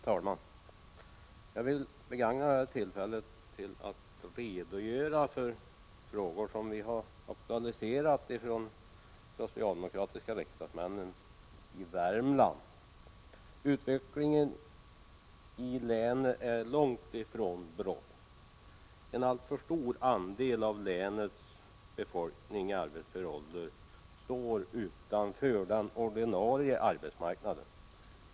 Herr talman! Jag vill begagna det här tillfället att redogöra för frågor som de socialdemokratiska riksdagsmännen från Värmland har aktualiserat. Utvecklingen i länet är långt ifrån bra. En alltför stor andel av länets befolkning i arbetsför ålder står utanför den ordinarie arbetsmarknaden.